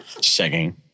checking